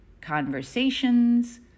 conversations